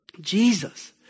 Jesus